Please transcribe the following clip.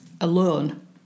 alone